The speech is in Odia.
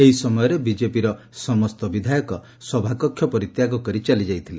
ଏହି ସମୟରେ ବିଜେପିର ସମସ୍ତ ବିଧାୟକ ସଭାକକ୍ଷ ପରିତ୍ୟାଗ କରି ଚାଲିଯାଇଥିଲେ